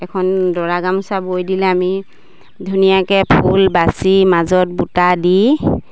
এখন দৰা গামোচা বৈ দিলে আমি ধুনীয়াকে ফুল বাচি মাজত বুটা দি